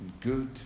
good